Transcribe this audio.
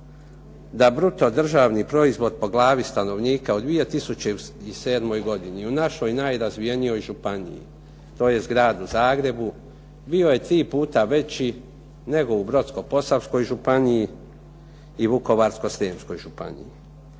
da bruto državni proizvod po glavi stanovnika u 2007. godini u našoj najrazvijenijoj županiji tj. Gradu Zagrebu, bio je tri puta veći nego u Brodsko-županiji i Vukovarsko-srijemskoj županiji.